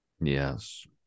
yes